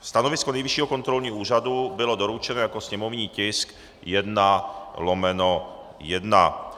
Stanovisko Nejvyššího kontrolního úřadu bylo doručeno jako sněmovní tisk 1/1.